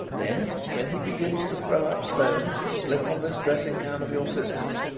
then when he begins to throw up stones slip on this dressing-gown of your sister's.